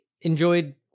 enjoyed